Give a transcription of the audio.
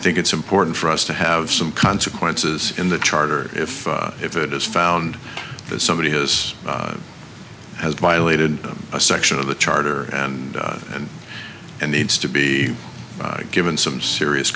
think it's important for us to have some consequences in the charter if if it is found that somebody has has violated a section of the charter and and needs to be given some serious